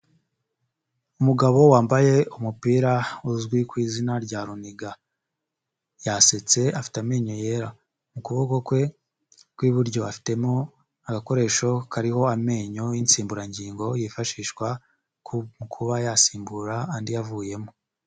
Umugabo wambaye umupira uzwi ku izina rya runiga yasetse afite amenyo yera, mu kuboko kwe kw'iburyo afitemo agakoresho kariho amenyo y'insimburangingo yifashishwa ku kuba yasimbura andi yavuyemo.